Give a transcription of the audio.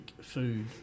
food